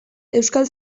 euskal